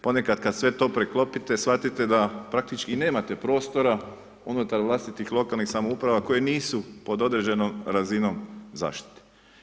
Ponekad kad sve to preklopite, shvatite da praktički i nemate prostora unutar vlastitih lokalnih samouprava koji nisu pod određenom razinom zaštite.